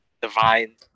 Divine